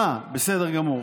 אה, בסדר גמור,